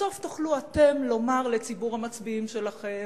ובסוף תוכלו אתם לומר לציבור המצביעים שלכם,